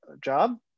job